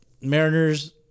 Mariners